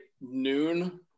noon